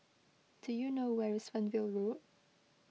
do you know where is Fernvale Road